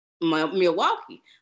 Milwaukee